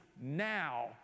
now